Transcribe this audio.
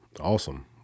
Awesome